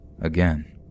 again